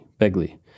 Begley